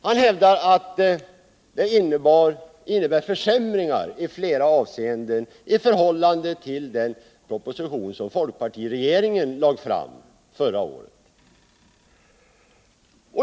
Han hävdar att den i flera avseenden innebär försämringar i förhållande till den proposition som folkpartiregeringen lade fram förra året.